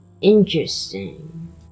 interesting